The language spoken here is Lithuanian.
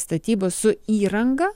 statybos su įranga